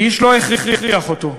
איש לא הכריח אותו,